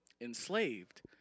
enslaved